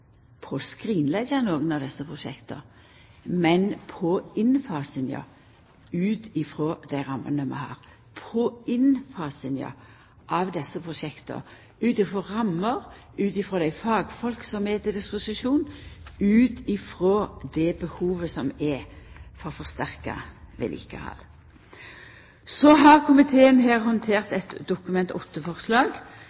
prosjekta ut frå dei rammene vi har, ut frå dei fagfolka som er til disposisjon, og ut frå det behovet som er for forsterka vedlikehald. Komiteen har handtert